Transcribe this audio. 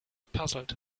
puzzled